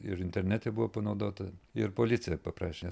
ir internete buvo panaudota ir policija paprašė